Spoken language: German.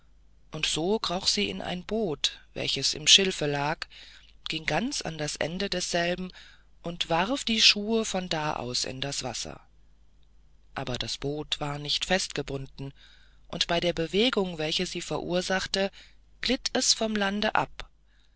und so kroch sie in ein boot welches im schilfe lag ging ganz an das ende desselben und warf die schuhe von da aus in das wasser aber das boot war nicht festgebunden und bei der bewegung welche sie verursachte glitt es vom lande ab